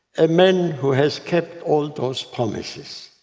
a man who has kept all those promises.